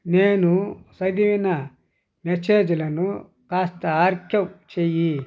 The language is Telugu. నేను చదివిన మెసేజ్లను కాస్త ఆర్కైవ్ చెయ్యి